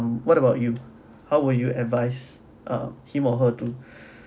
what about you how will you advice um him or her to